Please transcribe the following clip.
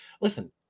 listen